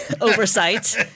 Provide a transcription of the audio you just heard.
oversight